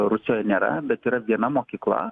rusijoj nėra bet yra viena mokykla